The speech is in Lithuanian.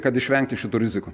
kad išvengti šitų rizikų